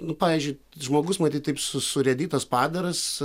nu pavyzdžiui žmogus matyt taip su surėdytas padaras